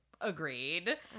agreed